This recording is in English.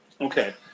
Okay